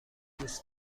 دوست